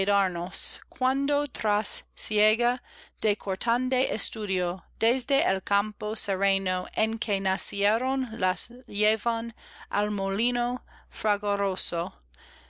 cuando tras siega de cortante estudio desde el campo sereno en que nacieron las lleven al molino fragoroso